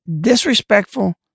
disrespectful